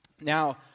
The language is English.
Now